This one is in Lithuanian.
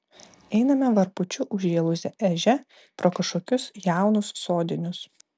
einame varpučiu užžėlusia ežia pro kažkokius jaunus sodinius